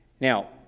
Now